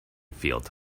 field